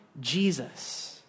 Jesus